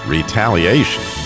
Retaliation